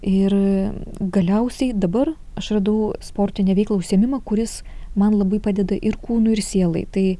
ir galiausiai dabar aš radau sportinę veiklą užsiėmimą kuris man labai padeda ir kūnui ir sielai tai